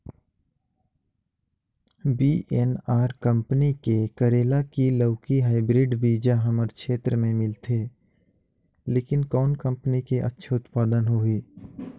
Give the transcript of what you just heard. VNR company के करेला की लौकी हाईब्रिड बीजा हमर क्षेत्र मे मिलथे, लेकिन कौन कंपनी के अच्छा उत्पादन होही?